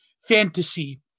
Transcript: fantasy